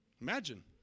Imagine